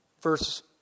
verse